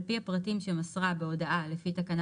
על פי הפרטים שמסרה בהודעה לפי תקנה